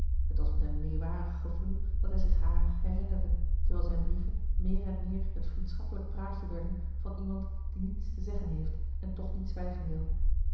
het was met een meewarig gevoel dat hij zich harer herinnerde terwijl zijn brieven meer en meer het vriendschappelijk praatje werden van iemand die niets te zeggen heeft en toch niet zwijgen wil